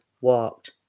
walked